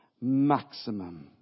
maximum